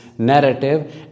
narrative